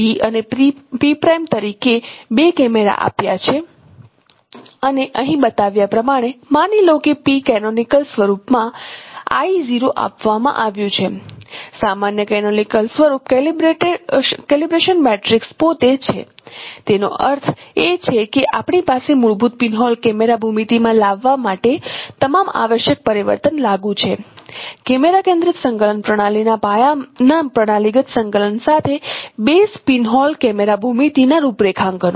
P અને P' તરીકે બે કેમેરા આપ્યાં છે અને અહીં બતાવ્યા પ્રમાણે માની લો કે P કેનોનિકલ સ્વરૂપમાં I | 0 આપવામાં આવ્યું છે સામાન્ય કેનોનિકલ સ્વરૂપ કેલિબ્રેશન મેટ્રિક્સ પોતે છે તેનો અર્થ એ કે આપણી પાસે પ્રમાણભૂત પીનહોલ કેમેરા ભૂમિતિમાં લાવવા માટે તમામ આવશ્યક પરિવર્તન લાગુ છે કૅમેરા કેન્દ્રિત સંકલન પ્રણાલી ના પાયાના પ્રણાલીગત સંકલન સાથે બેઝ પિનહોલ કેમેરા ભૂમિતિ રૂપરેખાંકનો